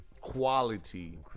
quality